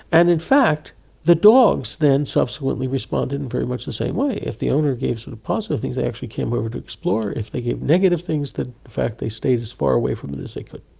and in fact the dogs then subsequently responded in very much the same way. if the owner gave sort of positive things they actually came over to explore. if they get negative things, in fact they stayed as far away from it as they could.